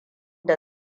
da